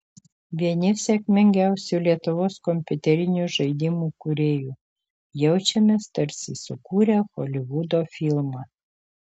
vieni sėkmingiausių lietuvos kompiuterinių žaidimų kūrėjų jaučiamės tarsi sukūrę holivudo filmą